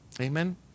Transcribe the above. Amen